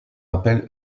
appels